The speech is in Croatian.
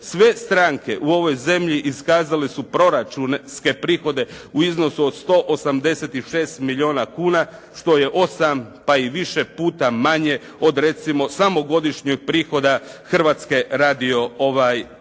Sve stranke u ovoj zemlji iskazali su proračunske prihode u iznosu od 186 milijuna kuna što je 8 pa i više puta manje od recimo samo godišnjeg prihoda Hrvatske radio televizije.